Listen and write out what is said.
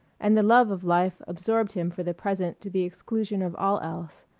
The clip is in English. and the love of life absorbed him for the present to the exclusion of all else.